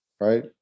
right